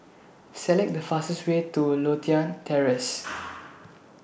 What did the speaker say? Select The fastest Way to Lothian Terrace